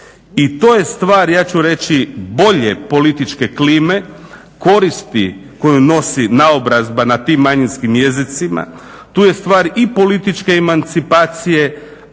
I to je stvar ja ću reći bolje političke klime, koristi koju nosi naobrazba na tim manjinskim jezicima, tu je stvar i političke emancipacije